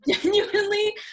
genuinely